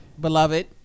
beloved